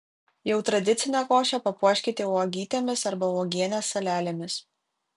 jau tradicinę košę papuoškite uogytėmis arba uogienės salelėmis